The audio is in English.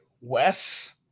Wes